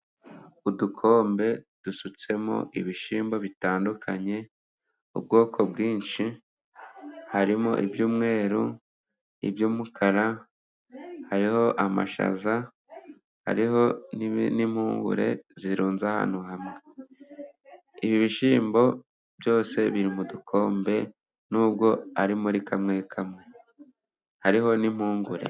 Udukombe dusutsemo ibishyimbo bitandukanye, ubwoko bwinshi :harimo iby'umweru ,iby'umukara hariho amashaza ,hariho n'impungure zirunze ahantu hamwe. Ibishyimbo byose biri mu dukombe nubwo ari muri kamwe kamwe hariho n'inpungure.